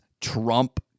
Trump